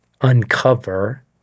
uncover